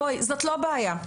בואי, זאת לא בעיה.